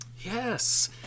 Yes